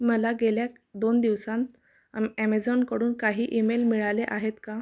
मला गेल्या दोन दिवसांत अम ॲमेझॉनकडून काही ईमेल मिळाले आहेत का